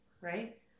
right